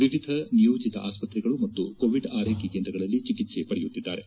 ವಿವಿಧ ನಿಯೋಜಿತ ಆಸ್ಪತ್ರೆಗಳು ಮತ್ತು ಕೋವಿಡ್ ಆರೈಕೆ ಕೇಂದ್ರಗಳಲ್ಲಿ ಚಿಕಿತ್ಸೆ ಪಡೆಯುತ್ತಿದ್ದಾರೆ